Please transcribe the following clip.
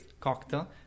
cocktail